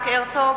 יצחק הרצוג,